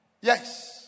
Yes